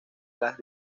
las